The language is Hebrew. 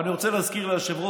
אבל אני רוצה להזכיר ליושב-ראש,